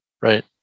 Right